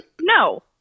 No